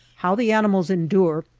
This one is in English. how the animals endure,